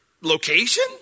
location